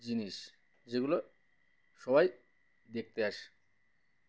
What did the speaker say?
জিনিস যেগুলো সবাই দেখতে আসে